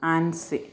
Ancy